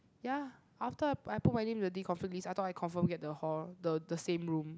ya after I I put my name in the deconflict list I thought I confirm get the hall the the same room